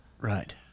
Right